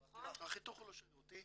החיתוך הוא לא שרירותי